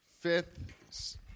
fifth